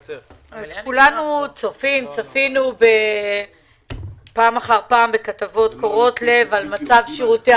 כולנו צפינו פעם אחר פעם בכתבות קורעות לב על מצב שירותי